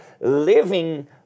living